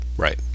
right